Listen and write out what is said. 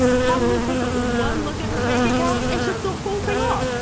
probably took one look at her bank account and shook the whole thing off.